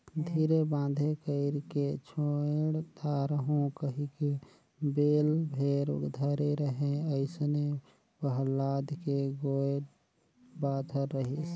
धीरे बांधे कइरके छोएड दारहूँ कहिके बेल भेर धरे रहें अइसने पहलाद के गोएड बात हर रहिस